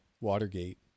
Watergate